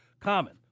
Common